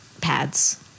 pads